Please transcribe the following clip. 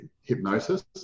hypnosis